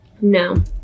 No